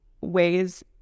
ways